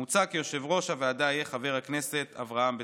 מוצע כי יושב-ראש הוועדה יהיה חבר הכנסת אברהם בצלאל.